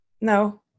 No